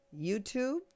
YouTube